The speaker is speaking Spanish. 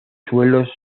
suelos